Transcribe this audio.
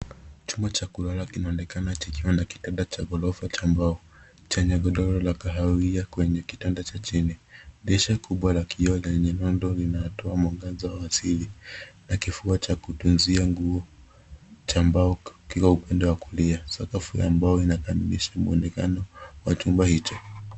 Chumba cha kulala kinaonekana jikiwa na kitanda cha ghorofa cha mbao chenye godoro la kahawia kwenye kitanda cha chini. Dirisha kubwa la kioo na lenye nondo linatoa mwangaza wa asili na kivua cha kutunzia nguo cha mbao kikiwa upande wa kulia. Sakafu ya mbao inakamilisha mwonekano wa chumba hicho.